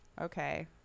Okay